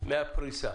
מן הפריסה